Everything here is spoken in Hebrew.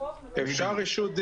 החוק מדבר על החזר.